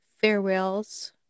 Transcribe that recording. farewells